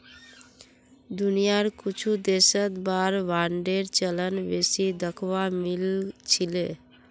दुनियार कुछु देशत वार बांडेर चलन बेसी दखवा मिल छिले